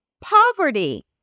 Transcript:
poverty